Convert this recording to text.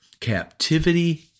captivity